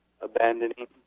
abandoning